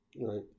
right